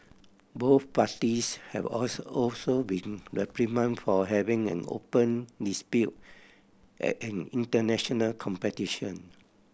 both parties have also also been reprimanded for having an open dispute at an international competition